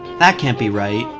that can't be right.